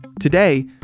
Today